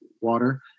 water